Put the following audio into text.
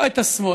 לא את השמאל,